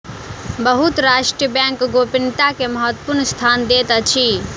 बहुत राष्ट्र बैंक गोपनीयता के महत्वपूर्ण स्थान दैत अछि